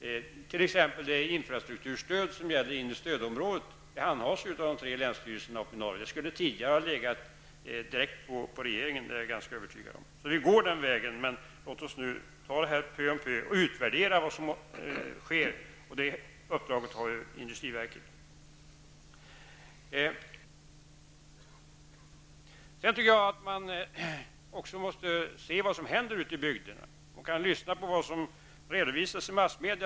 T.ex. det infrastrukturstöd som gäller det inre stödområdet handhas av de tre länsstyrelserna uppe i norr. Det skulle tidigare ha legat direkt på regeringen, det är jag ganska övertygad om. Vi går alltså den vägen, men låt oss ta detta pö om pö och utvärdera vad som sker. Det uppdraget har industriverket. Jag anser att man också måste se vad som händer ute i bygderna, och man kan lyssna på vad som redovisas i massmedia.